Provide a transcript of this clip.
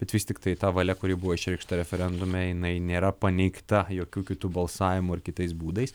bet vis tiktai ta valia kuri buvo išreikšta referendume jinai nėra paneigta jokiu kitu balsavimu ar kitais būdais